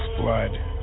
blood